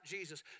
Jesus